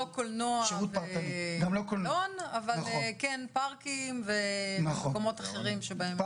לא קולנוע, אבל כן פארקים ומקומות אחרים, בריכות.